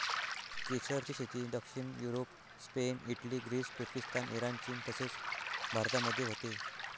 केसरची शेती दक्षिण युरोप, स्पेन, इटली, ग्रीस, तुर्किस्तान, इराण, चीन तसेच भारतामध्ये होते